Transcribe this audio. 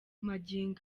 magingo